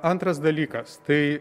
antras dalykas tai